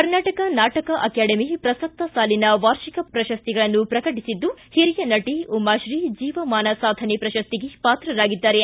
ಕರ್ನಾಟಕ ನಾಟಕ ಅಕಾಡೆಮಿ ಪ್ರಸಕ್ತ ಸಾಲಿನ ವಾರ್ಷಿಕ ಪ್ರಶಸ್ತಿಗಳನ್ನು ಪ್ರಕಟಿಸಿದ್ದು ಹಿರಿಯ ನಟಿ ಉಮಾಶ್ರೀ ಜೀವಮಾನ ಸಾಧನೆ ಪ್ರಶಸಿಗೆ ಪಾತ್ರರಾಗಿದ್ದಾರೆ